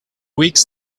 weeks